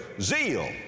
zeal